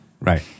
Right